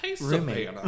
roommate